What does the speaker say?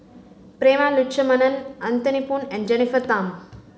Prema Letchumanan Anthony Poon and Jennifer Tham